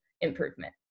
improvement